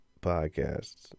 podcasts